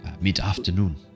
mid-afternoon